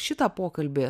šitą pokalbį